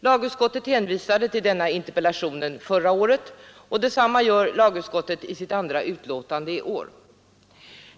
Lagutskottet hänvisade till detta interpellationssvar förra året, och detsamma gör lagutskottet i sitt andra betänkande i år.